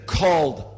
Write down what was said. called